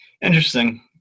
Interesting